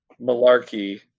malarkey